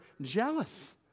jealous